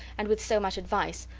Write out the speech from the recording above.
and with so much advice,